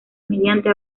mediante